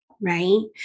right